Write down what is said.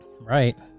right